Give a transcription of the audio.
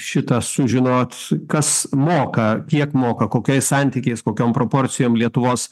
šitą sužinot kas moka kiek moka kokiais santykiais kokiom proporcijom lietuvos